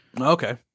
Okay